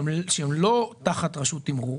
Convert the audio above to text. שהן לא תחת רשות תימרור,